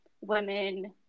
women